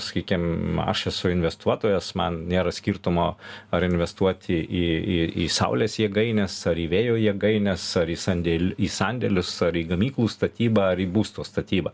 sakykim aš esu investuotojas man nėra skirtumo ar investuoti į į į saulės jėgaines ar į vėjo jėgaines ar į sandėl į sandėlius ar gamyklų statybą ar į būsto statybą